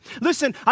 Listen